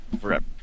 Forever